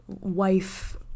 wife